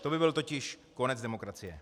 To by byl totiž konec demokracie.